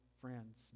friends